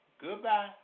goodbye